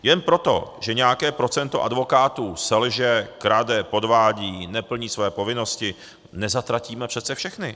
Jen proto, že nějaké procento advokátů selže, krade, podvádí, neplní své povinnosti, nezatratíme přece všechny.